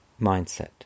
mindset